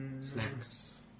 Snacks